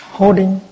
holding